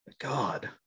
God